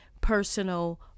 personal